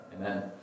Amen